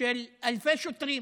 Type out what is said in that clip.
של אלפי שוטרים.